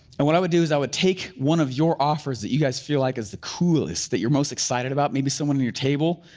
and what i would do is i would take one of your offers that you guys feel like is the coolest, that you're most excited about, maybe someone at and your table.